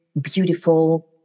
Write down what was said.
beautiful